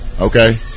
Okay